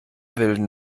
wilden